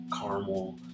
caramel